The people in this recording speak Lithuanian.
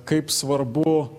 kaip svarbu